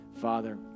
Father